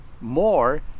more